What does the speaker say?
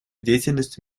деятельности